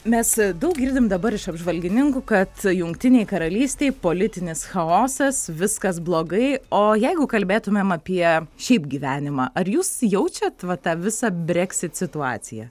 mes daug girdim dabar iš apžvalgininkų kad jungtinėj karalystėj politinis chaosas viskas blogai o jeigu kalbėtumėm apie šiaip gyvenimą ar jūs jaučiat va tą visą breksit situaciją